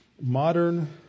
modern